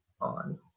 on